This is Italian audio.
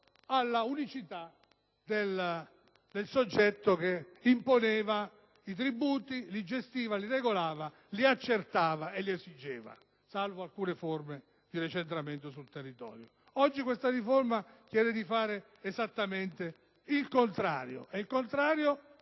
all'unicità del soggetto che imponeva i tributi, li gestiva, li regolava, li accertava e li esigeva (salvo alcune forme di decentramento sul territorio). Oggi questa riforma chiede di fare esattamente il contrario. E il contrario